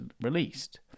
released